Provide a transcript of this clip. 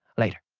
later!